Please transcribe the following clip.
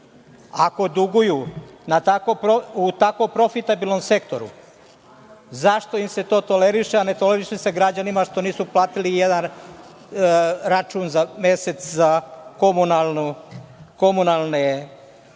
Ako duguju u tako profitabilnom sektoru, zašto im se to toleriše a ne toleriše se građanima što nisu platili jedan račun za mesec za komunalne